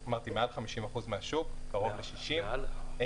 אמרתי מעל 50% מהשוק, קרוב ל-60%.